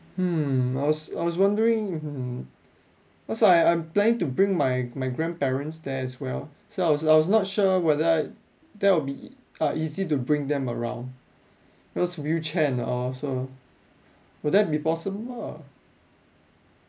hmm I was I was wondering if hmm that's why I'm planning to bring my my grandparents there as well so I was I was not sure whether that will be uh easy to bring them around because wheelchair and all so will that be possible or